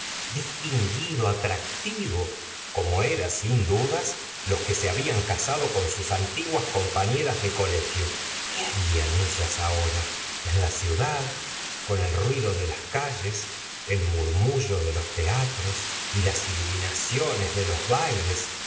distinguido atractivo como eran sin duda los que se habían casado con sus antiguas compañeras de colegio qué harían ellas ahora en la ciudad con el ruido de las calles el murmullo de los teatros y las iluminaciones de los bailes